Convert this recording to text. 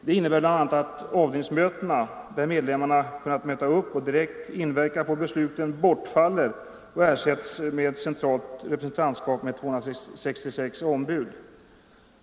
Det innebär bl.a. att avdelningsmötena, där medlemmarna kunnat möta upp och direkt inverka på besluten, bortfaller och ersätts med ett centralt representantskap med 266 ombud.